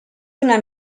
una